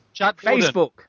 Facebook